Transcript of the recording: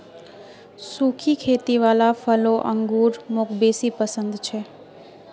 सुखी खेती वाला फलों अंगूर मौक बेसी पसन्द छे